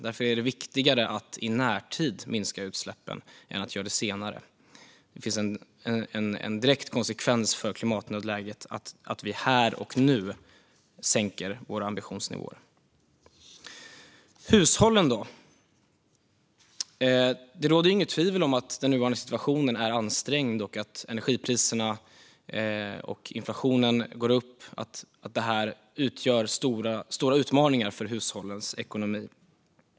Därför är det viktigare att minska utsläppen i närtid än att göra det senare. Att här och nu sänka våra ambitionsnivåer ger en direkt konsekvens för klimatnödläget. Hushållen då? Det råder inget tvivel om att den nuvarande situationen är ansträngd, att energipriserna och inflationen går upp och att detta utgör stora utmaningar för hushållens ekonomi.